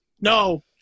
no